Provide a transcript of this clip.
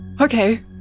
Okay